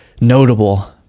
notable